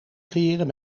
creëren